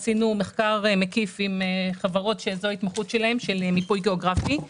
עשינו מחקר מקיף עם חברות שההתמחות שלהן היא במיפוי גיאוגרפי.